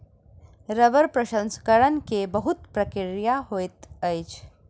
रबड़ प्रसंस्करण के बहुत प्रक्रिया होइत अछि